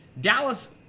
Dallas